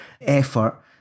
effort